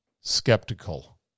skeptical